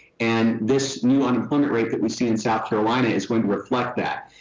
and this new unemployment rate that we see in south carolina is going to reflect that.